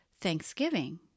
Thanksgiving